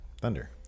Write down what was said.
Thunder